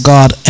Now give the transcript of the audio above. God